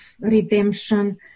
redemption